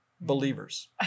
believers